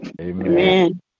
Amen